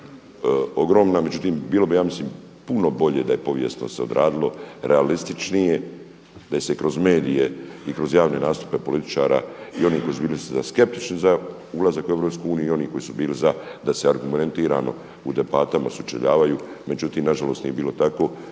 ogromna, međutim bilo bi ja mislim puno bolje da je povijesno se odradilo, realističnije, da se kroz medije i kroz javne nastupe političara i onih koji su bili skeptični za ulazak u Europsku uniju i onih koji su bili za da se argumentirano u debatama sučeljavaju. Međutim, nažalost nije bilo tako